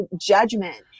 judgment